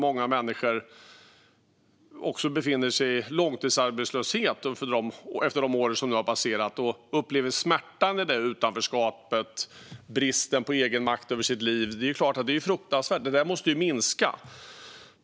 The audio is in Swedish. Många människor befinner sig i långtidsarbetslöshet efter de år som har passerat och upplever smärtan i utanförskapet och bristen på egenmakt över sitt liv. Det är klart att det är fruktansvärt; det måste minska.